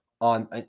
on